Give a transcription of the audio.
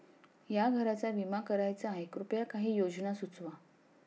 या घराचा विमा करायचा आहे कृपया काही योजना सुचवा